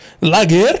Lager